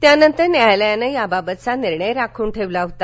त्यानंतर न्यायालयानं याबाबतचा निर्णय राखून ठेवला होता